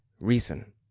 reason